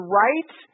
right